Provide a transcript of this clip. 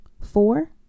Four